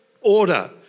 order